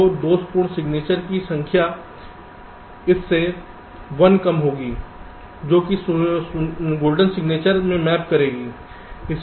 तो दोषपूर्ण सिग्नेचर की संख्या इस से 1 कम होगी जो कि सुनहरे सिग्नेचर में मैप होगी